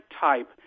type